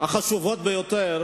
והחשובות ביותר